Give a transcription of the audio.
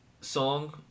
song